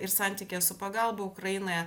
ir santykyje su pagalba ukrainoje